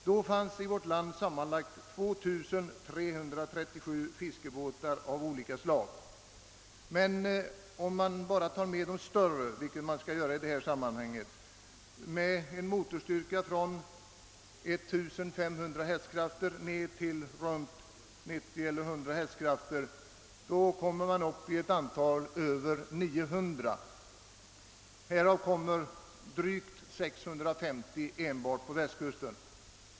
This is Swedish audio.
Då fanns i vårt land sam manlagt 2337 fiskebåtar av olika slag. Men om man bara räknar de större, med motorstyrka från cirka 1500 hästkrafter ned till 90 å 100 hästkrafter, får man ett antal av drygt 900. Härav kommer något över 650 enbart på Västkusten.